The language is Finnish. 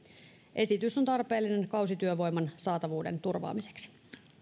esitys on tarpeellinen kausityövoiman saatavuuden turvaamiseksi